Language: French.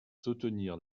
soutenir